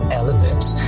elements